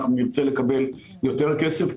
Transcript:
אנחנו נרצה לקבל יותר כסף,